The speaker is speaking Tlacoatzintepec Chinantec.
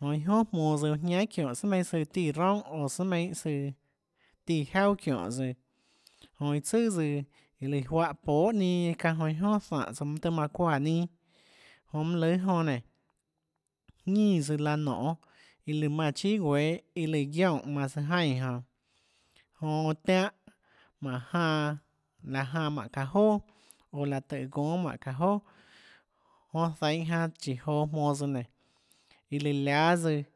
jonã iâ jonà jmonã tsøã guã jiánà çiónhå sùà meinhâ søã tíã roúnhà oå sùà meinhâ søã tíã jauà çiónhå tsøã jonã iã tsøà tsøã iã lùã juáhã pohà ninâ çánhã jonã iâ jonà zánhå tsouã mønâ tøhê manã çuáã ninâ jonã mønâ lùâ jonã nénå jínã tsøã laã nonê iã lùã manã chíà guéâ iâ lùã guionè manã søã jaínã jonã jonã tiánhã mánhå janã laã janã jmánhå çaã joà oå láå tùhå gónâ jmánhå çaã joà jonã zainhå janã chíhå jonå jmonå tsøã nénå iã láâ tsøã